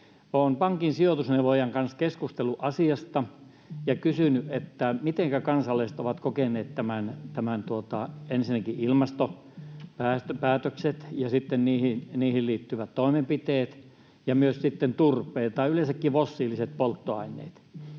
olen pankin sijoitusneuvojan kanssa keskustellut asiasta ja kysynyt, mitenkä kansalaiset ovat kokeneet ensinnäkin ilmastopäätökset ja niihin liittyvät toimenpiteet ja myös sitten turpeen tai yleensäkin fossiiliset polttoaineet,